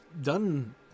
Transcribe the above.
done